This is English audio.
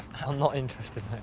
i'm not interested,